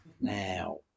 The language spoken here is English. now